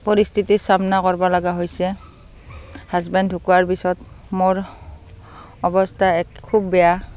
পৰিস্থিতিৰ চামনা কৰব লগা হৈছে হাজবেণ্ড ঢুকোৱাৰ পিছত মোৰ অৱস্থা এক খুব বেয়া